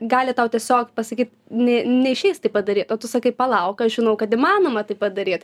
gali tau tiesiog pasakyt ne neišeis taip padaryt o tu sakai palauk aš žinau kad įmanoma taip padaryt